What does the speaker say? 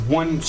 one